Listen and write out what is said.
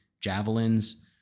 Javelins